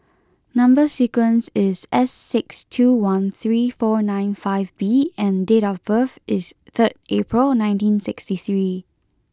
number sequence is S six two one three four nine five B and date of birth is third April nineteen sixty three